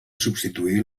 substituir